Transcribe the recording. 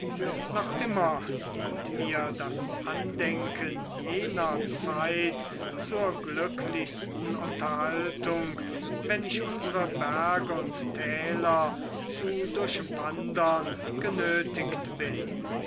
noch immer dient mir das andenken jener zeit zur glücklichsten unterhaltung wenn ich unsere berge und täler zu durchwandern genötigt bin